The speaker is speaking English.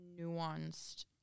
Nuanced